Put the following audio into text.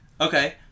Okay